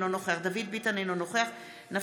אינו נוכח דוד ביטן,